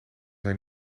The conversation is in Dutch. zijn